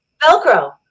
velcro